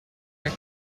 air